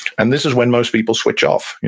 and this is when most people switch off.